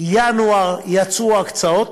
בינואר יצאו ההקצאות.